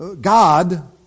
God